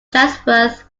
chatsworth